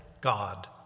God